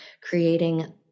creating